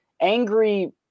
angry